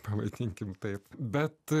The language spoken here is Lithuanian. pamaitinkime taip bet